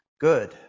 good